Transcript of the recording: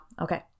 Okay